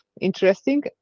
interesting